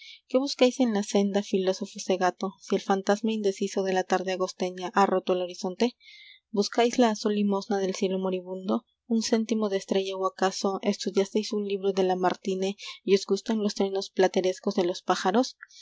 qué buscáis en la senda filósofo cegato si el fantasma indeciso de la tarde agosteña ha roto el horizonte buscáis la azul limosna del cielo moribundo un céntimo de estrella o acaso estudiásteis un libro de lamartine y os gustan los trinos platerescos de los pájaros